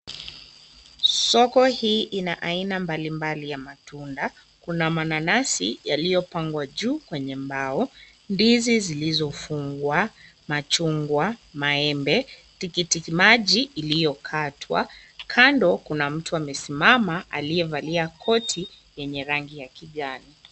Soko hii ina aina mbalimbali ya matunda. Kuna mananasi yaliyopangwa juu kwenye mbao, ndizi zilizofungwa, machungwa maembe, tikiti maji iliyokatwa. Kando kuna mtu amesimama aliyevalia koti yenye rangi ya kijani.